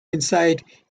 insight